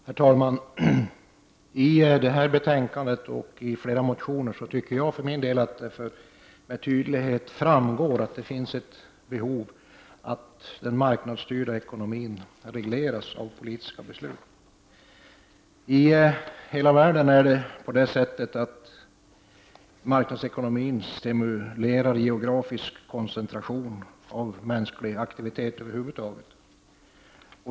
Herr talman! Av det här betänkandet och av flera motioner framgår med all tydlighet att det finns ett behov av att den marknadsstyrda ekonomin regleras av politiska beslut. De marknadsekonomiska krafterna stimulerar över hela världen geografisk koncentration av en mänsklig aktivitet över huvud taget.